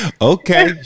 Okay